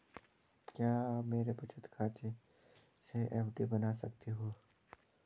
क्या आप मेरे बचत खाते से एफ.डी बना सकते हो?